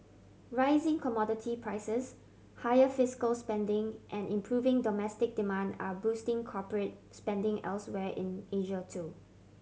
rising commodity prices higher fiscal spending and improving domestic demand are boosting corporate spending elsewhere in Asia too